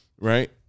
right